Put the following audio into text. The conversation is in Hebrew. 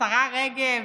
השרה רגב,